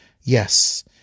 Yes